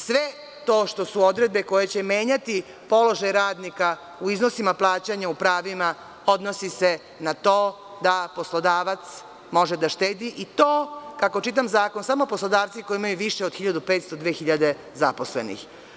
Sve to što su odredbe koje će menjati položaj radnika u iznosima plaćanja u pravima odnosi se na to da poslodavac može da štedi i to, kako čitam zakon, samo poslodavci koji imaju više od 1.500-2.000 zaposlenih.